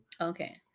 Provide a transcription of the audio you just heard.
Okay